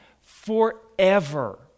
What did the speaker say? Forever